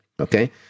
Okay